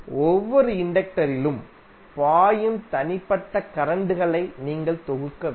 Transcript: ஒவ்வொரு இண்டக்டரிலும் பாயும் தனிப்பட்ட கரண்ட் களை நீங்கள் தொகுக்க வேண்டும்